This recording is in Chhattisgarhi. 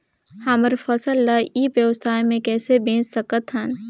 हमर फसल ल ई व्यवसाय मे कइसे बेच सकत हन?